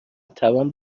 توان